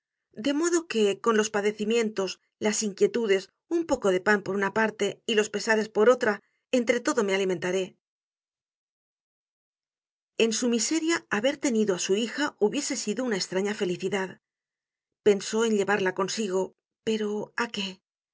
de modo que con los padecimientos las inquietudes un poco de pan por una parte y los pesares por otra entre todo me alimentaré en su miseria haber tenido á su hija hubiese sido una estraña felicidad pensó en llevarla consigo pero á qué